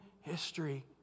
history